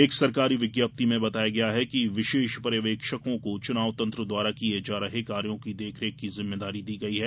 एक सरकारी विज्ञप्ति में बताया गया है कि विशेष पर्यवेक्षकों को चुनाव तंत्र द्वारा किए जा रहे कार्यों की देख रेख की जिम्मेदारी दी गई है